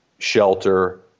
shelter